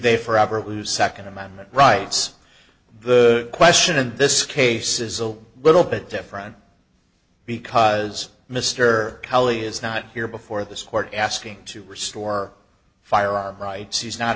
they forever who second amendment rights the question in this case is a little bit different because mr kelly is not here before this court asking to restore firearm rights he's not